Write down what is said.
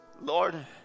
Lord